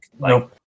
Nope